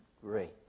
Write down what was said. great